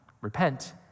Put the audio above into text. Repent